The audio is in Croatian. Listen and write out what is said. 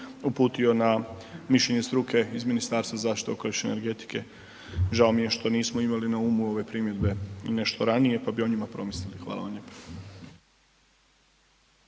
uputio na mišljenje struke iz Ministarstva zaštite okoliša i energetike. Žao mi je što nismo imali na umu ove primjedbe i nešto ranije pa bi o njima promislili. Hvala vam